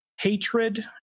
hatred